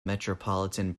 metropolitan